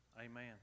Amen